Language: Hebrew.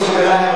חברי חברי הכנסת,